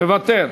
מוותר.